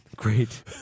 Great